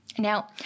Now